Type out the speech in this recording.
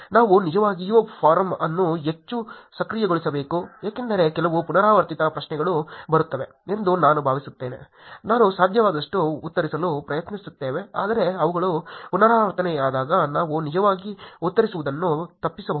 ನಾವು ನಿಜವಾಗಿಯೂ ಫೋರಮ್ ಅನ್ನು ಹೆಚ್ಚು ಸಕ್ರಿಯಗೊಳಿಸಬೇಕು ಏಕೆಂದರೆ ಕೆಲವು ಪುನರಾವರ್ತಿತ ಪ್ರಶ್ನೆಗಳು ಬರುತ್ತವೆ ಎಂದು ನಾನು ಭಾವಿಸುತ್ತೇನೆ ನಾವು ಸಾಧ್ಯವಾದಷ್ಟು ಉತ್ತರಿಸಲು ಪ್ರಯತ್ನಿಸುತ್ತೇವೆ ಆದರೆ ಅವುಗಳು ಪುನರಾವರ್ತನೆಯಾದಾಗ ನಾವು ನಿಜವಾಗಿ ಉತ್ತರಿಸುವುದನ್ನು ತಪ್ಪಿಸಬಹುದು